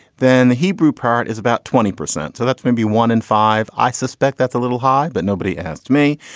then the hebrew part is about twenty percent. so that's maybe one in five. i suspect that's a little high, but nobody asked me.